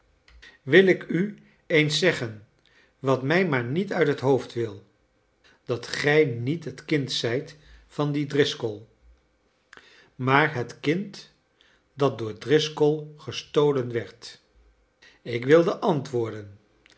wil ik u eens zeggen wat mij maar niet uit het hoofd wil dat gij niet het kind zijt van dien driscoll maar het kind dat door driscoll gestolen werd ik wilde antwoorden